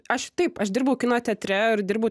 aš taip aš dirbau kino teatre ir dirbu